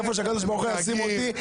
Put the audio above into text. היכן שהקדוש ברוך הוא ישים אותי,